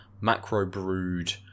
macro-brewed